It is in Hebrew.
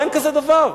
אין כזה דבר.